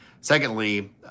secondly